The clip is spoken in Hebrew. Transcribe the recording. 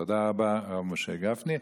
תודה רבה, הרב משה גפני.